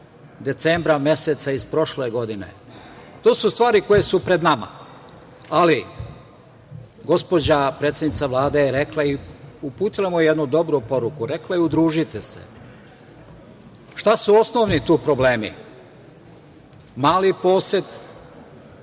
decembra meseca iz prošle godine? To su stvari koje su pred nama. Gospođa predsednica Vlade je rekla i uputila mu jednu dobru poruku, rekla je – udružite se. Šta su osnovni tu problemi? Mali posed,